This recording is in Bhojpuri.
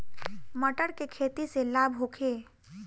मटर के खेती से लाभ होखे?